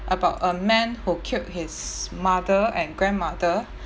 about a man who killed his mother and grandmother